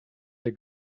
der